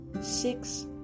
six